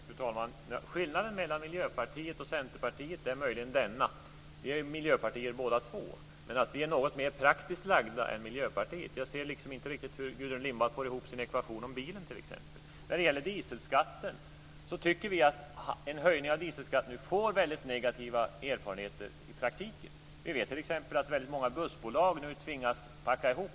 Fru talman! Skillnaden mellan Miljöpartiet och Centerpartiet är möjligen den att vi i och för sig är miljöpartier båda två, men vi är något mer praktiskt lagda än Miljöpartiet. Jag ser inte riktigt hur Gudrun Lindvall får ihop sin ekvation om bilen t.ex. När det gäller dieselskatten tycker vi att en höjning får väldigt negativa konsekvenser i praktiken. Vi vet t.ex. att väldigt många bussbolag nu tvingas packa ihop.